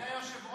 הכנסת נתקבלה.